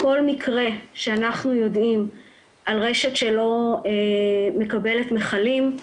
כל מקרה שאנחנו יודעים על רשת שלא מקבלת מכלים,